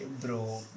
bro